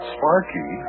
Sparky